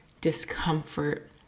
discomfort